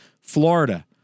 Florida